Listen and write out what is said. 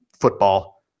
football